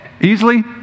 Easily